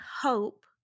hope